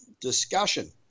discussion